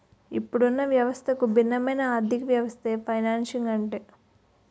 ఇప్పుడున్న వ్యవస్థకు భిన్నమైన ఆర్థికవ్యవస్థే ఫైనాన్సింగ్ అంటే